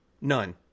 None